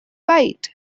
bite